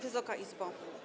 Wysoka Izbo!